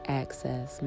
access